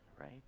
right